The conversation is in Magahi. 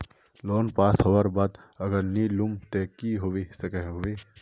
लोन पास होबार बाद अगर नी लुम ते की होबे सकोहो होबे?